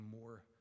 more